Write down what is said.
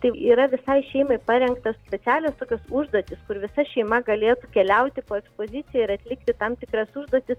tai yra visai šeimai parengtos specialios tokios užduotys kur visa šeima galė keliauti po ekspoziciją ir atlikti tam tikras užduotis